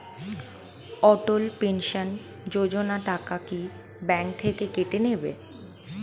অটল pension Yojana টাকা কি bank থেকে কেটে নেবে?